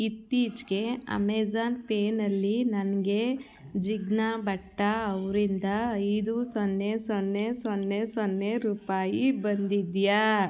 ಇತ್ತೀಚೆಗೆ ಅಮೆಝನ್ ಪೇನಲ್ಲಿ ನನಗೆ ಜಿಗ್ನಾ ಬಟ್ಟ ಅವ್ರಿಂದ ಐದು ಸೊನ್ನೆ ಸೊನ್ನೆ ಸೊನ್ನೆ ಸೊನ್ನೆ ರೂಪಾಯಿ ಬಂದಿದೆಯಾ